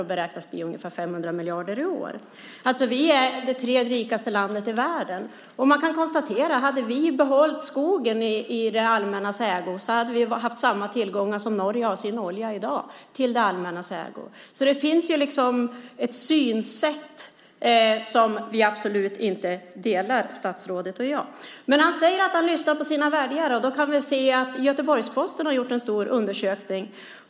Den beräknas bli ungefär 500 miljarder i år. Vi är det tredje rikaste landet i världen, och man kan konstatera att hade vi behållit skogen i det allmännas ägo hade vi haft samma tillgångar som Norge har med sin olja i det allmännas ägo i dag. Det finns ett synsätt som vi absolut inte delar, statsrådet och jag. Men statsrådet säger att han lyssnar på sina väljare. Då kan vi se att Göteborgs-Posten har gjort en stor undersökning.